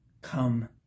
come